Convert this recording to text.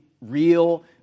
real